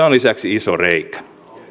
on lisäksi iso reikä